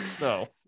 No